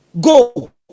go